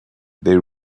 they